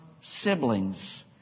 siblings